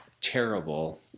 terrible